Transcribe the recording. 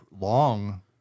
Long